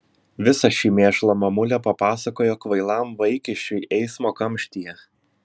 visą šį mėšlą mamulė papasakojo kvailam vaikiščiui eismo kamštyje